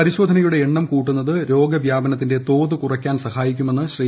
പരിശോധനയുടെ എണ്ണം കൂട്ടുന്നത് രോഗവ്യാപനത്തിന്റെ തോത് കുറയ്ക്കാൻ സഹായിക്കുമെന്ന് ശ്രീ